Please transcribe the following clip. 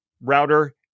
router